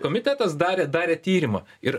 komitetas darė darė tyrimą ir